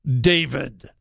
David